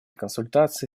консультации